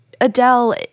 Adele